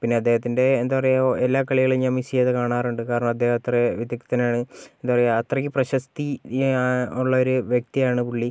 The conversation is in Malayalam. പിന്നെ അദ്ദേഹത്തിന്റെ എന്താ പറയുക എല്ലാ കളികളും ഞാൻ മിസ്സ് ചെയ്യാതെ കാണാറുണ്ട് കാരണം അദ്ദേഹം അത്ര വിദഗ്ധനായ എന്താ പറയുക അത്രയ്ക്ക് പ്രശസ്തി ഉള്ളൊരു വ്യക്തിയാണ് പുള്ളി